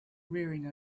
rearing